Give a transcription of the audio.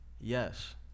Yes